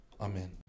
Amen